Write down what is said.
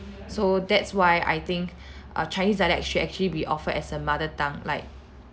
so that's why I think uh chinese dialect should actually be offered as a mother tongue like